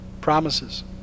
promises